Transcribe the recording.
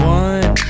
one